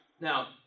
Now